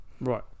Right